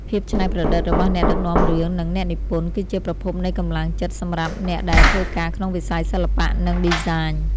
ភាពច្នៃប្រឌិតរបស់អ្នកដឹកនាំរឿងនិងអ្នកនិពន្ធគឺជាប្រភពនៃកម្លាំងចិត្តសម្រាប់អ្នកដែលធ្វើការក្នុងវិស័យសិល្បៈនិងឌីហ្សាញ។